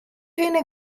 hinne